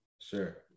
Sure